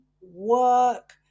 work